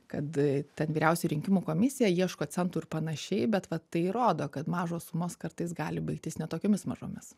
kad ten vyriausioji rinkimų komisija ieško centų ir panašiai bet tai rodo kad mažos sumos kartais gali baigtis ne tokiomis mažomis